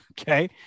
Okay